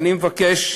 אני מבקש,